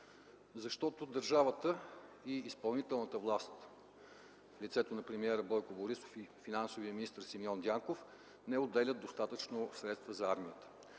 защото държавата и изпълнителната власт в лицето на премиера Бойко Борисов и финансовия министър Симеон Дянков не отделят достатъчно средства за армията.